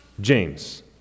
James